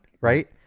Right